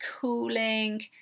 cooling